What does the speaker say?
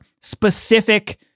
specific